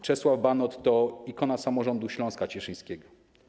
Czesław Banot to ikona samorządu Śląska Cieszyńskiego.